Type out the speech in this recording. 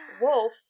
wolf